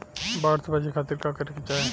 बाढ़ से बचे खातिर का करे के चाहीं?